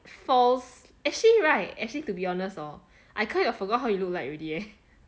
false actually right actually to be honest hor I kind of forgot how he look like already eh